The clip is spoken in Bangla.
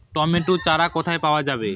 টমেটো চারা কোথায় পাওয়া যাবে?